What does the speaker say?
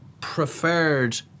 preferred